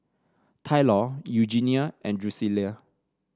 Tylor Eugenia and Drucilla